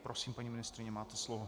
Prosím, paní ministryně, máte slovo.